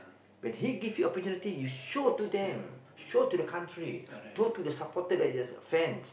when he give you opportunity you show to them show to the country go to the supporters that your fans